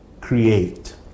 create